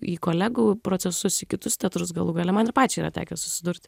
į kolegų procesus į kitus teatrus galų gale man ir pačiai yra tekę susidurt